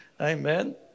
Amen